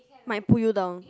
might pull you down